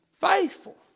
Faithful